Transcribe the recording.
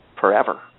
forever